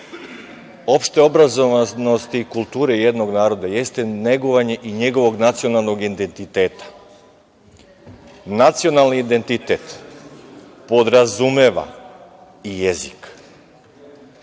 opšte obrazovanosti i kulture jednog naroda jeste negovanje i njegovog nacionalnog identiteta. Nacionalni identitet podrazumeva i jezik.